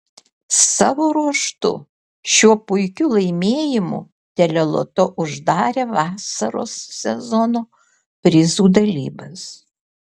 savo ruožtu šiuo puikiu laimėjimu teleloto uždarė vasaros sezono prizų dalybas